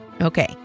Okay